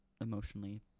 emotionally